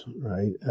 right